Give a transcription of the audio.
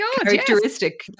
characteristic